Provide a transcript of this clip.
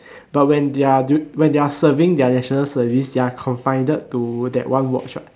but when they're do when they're serving their national service they're confined to that one watch what